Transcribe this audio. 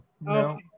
No